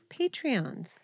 Patreons